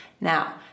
Now